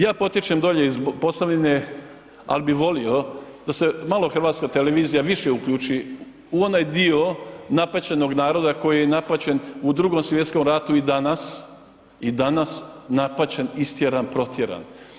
Ja potječem dolje iz Posavine, ali bi volio da se malo HRT više uključi u onaj dio napaćenog naroda koji je napaćen u II. svj. ratu i danas, i danas napaćen, istjeran, protjeran.